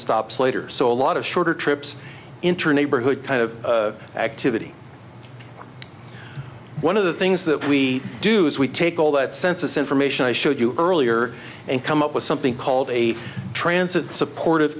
stops later so a lot of shorter trips intern aber hood kind of activity one of the things that we do is we take all that census information i showed you earlier and come up with something called a transit support